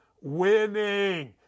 winning